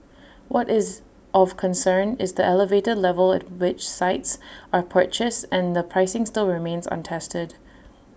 what is of concern is the elevated level at which sites are purchased and the pricing still remains untested